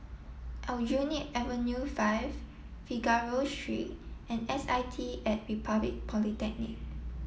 Aljunied Avenue five Figaro Street and S I T at Republic Polytechnic